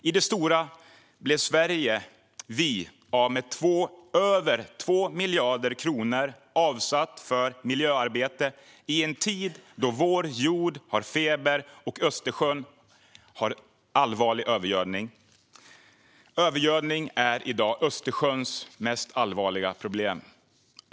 I det stora blev Sverige, vi, av med över 2 miljarder kronor, avsatta för miljöarbete, i en tid då vår jord har feber och Östersjön lider av allvarlig övergödning. Övergödning är i dag Östersjöns mest allvarliga problem.